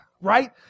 right